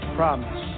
promise